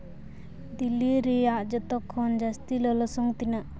ᱫᱤᱞᱞᱤ ᱨᱮᱭᱟᱜ ᱡᱚᱛᱚ ᱠᱷᱚᱱ ᱡᱟᱹᱥᱛᱤ ᱞᱚᱞᱚ ᱥᱚᱝ ᱛᱤᱱᱟᱹᱜ